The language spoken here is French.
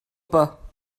pas